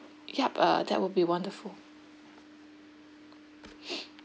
yup uh that will be wonderful